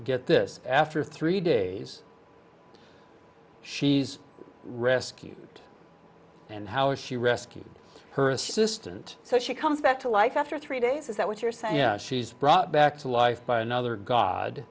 get this after three days she's rescued and how is she rescued her assistant so she comes back to life after three days is that what you're saying she's brought back to life by another god